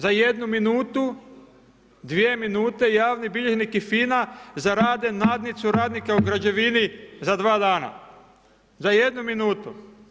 Za jednu minutu, dvije minute javni bilježnik i FINA zarade nadnicu radnika u građevini za 2 dana, za jednu minutu.